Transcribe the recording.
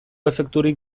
efekturik